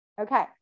okay